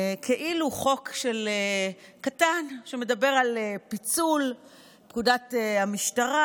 כאילו חוק קטן שמדבר על פיצול פקודת המשטרה,